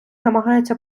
намагається